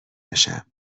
بشم